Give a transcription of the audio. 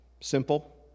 simple